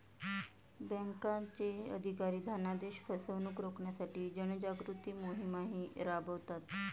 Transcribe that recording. बँकांचे अधिकारी धनादेश फसवणुक रोखण्यासाठी जनजागृती मोहिमाही राबवतात